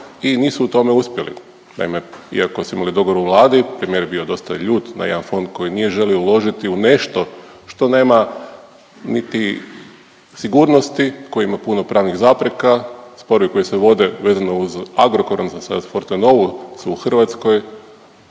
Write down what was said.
i nisu u tome uspjeli. Naime, iako su imali dogovor u Vladi, premijer je bio dosta ljut na jedan fond koji nije želio uložiti u nešto što nema niti sigurnosti, koji ima puno pravnih zapreka, sporovi koji se vode vezano uz Agrokor, a sad za Fortenovu su u Hrvatskoj,